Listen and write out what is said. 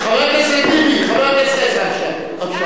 חבר הכנסת טיבי, חבר הכנסת עזרא עכשיו.